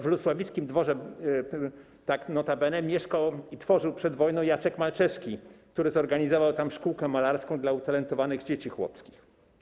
W lusławickim dworze notabene mieszkał i tworzył przed wojną Jacek Malczewski, który zorganizował tam szkółkę malarską dla utalentowanych dzieci chłopskich.